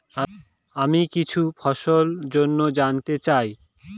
আমি কিছু ফসল জন্য জানতে চাই